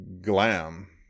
glam